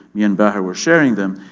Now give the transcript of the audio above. me and baher were sharing them.